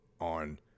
on